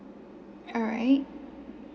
alright